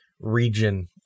region